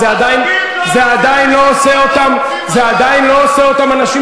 זה לא מובן.